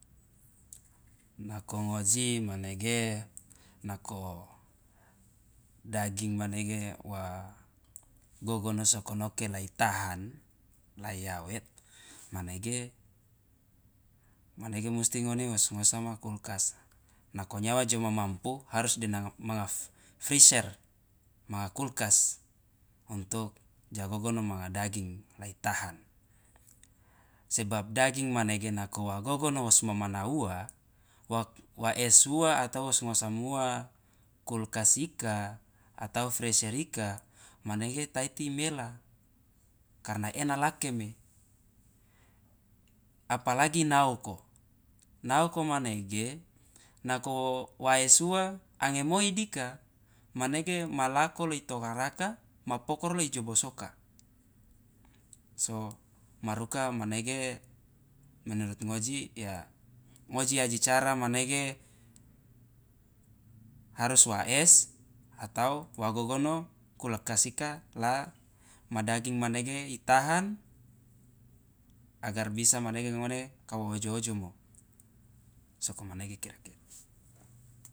nako ngoji manege nako daging manege wa gogono sokonoke la itahan la iawet manege manege musti ngone wosngosama kulkas nako nyawa jo mamampu harus de nanga manga freeser manga kulkas untuk ja gogono manga daging lai tahan sebab daging manege nako wo gogono wosmomana uwa wa es uwa atau wosngosamuwa kulkas ika atau freeser ika manege taiti imela karna ena lakeme apalagi naoko naoko manege nako wo wa es uwa ange moi dika manege ma lako lo itokaraka ma pokoro lo ijobosoka so maruka manege menurut ngoji ya ngoji aji cara manege harus wa es atau wa gogono kulkas ika la ma daging manege itahan agar bisa manege ngone kawo ojo- ojomo sokomanege kira kira.